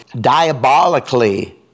diabolically